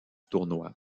tournoi